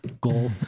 goal